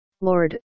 Lord